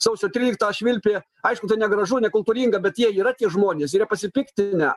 sausio tryliktą švilpė aišku tai negražu nekultūringa bet jie yra tie žmonės ir jie pasipiktinę